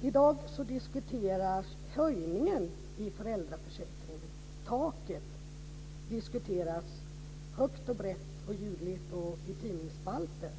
I dag diskuteras höjningen i föräldraförsäkringen. Taket diskuteras högt, brett och ljudligt i tidningsspalter.